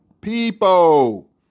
people